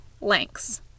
lengths